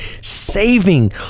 saving